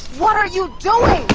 what are you doing?